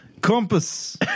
compass